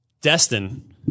Destin